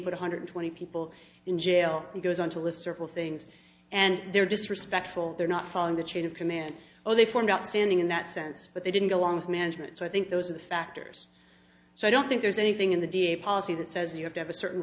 one hundred twenty people in jail he goes on to list several things and they were disrespectful they're not following the chain of command or they forgot standing in that sense but they didn't go along with management so i think those are the factors so i don't think there's anything in the da policy that says you have to have a certain